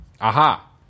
Aha